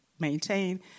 maintain